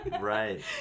Right